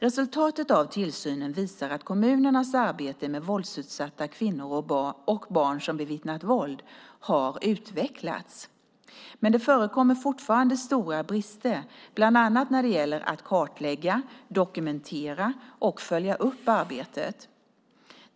Resultatet av tillsynen visar att kommunernas arbete med våldsutsatta kvinnor och barn som bevittnat våld har utvecklats. Men det förekommer fortfarande stora brister, bland annat när det gäller att kartlägga, dokumentera och följa upp arbetet.